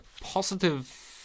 positive